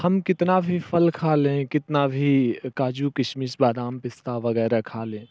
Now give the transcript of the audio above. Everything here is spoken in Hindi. हम कितना भी फल खा लें कितना भी काजू किशमिश बादाम पिस्ता वगैरह खा लें